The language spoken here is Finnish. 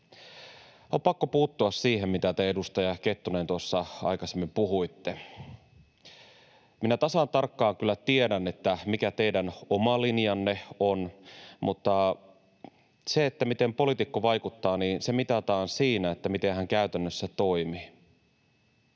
On pakko puuttua siihen, mitä te, edustaja Kettunen, tuossa aikaisemmin puhuitte. Minä tasan tarkkaan kyllä tiedän, mikä teidän oma linjanne on, mutta se, miten poliitikko vaikuttaa, mitataan siinä, miten hän käytännössä toimii.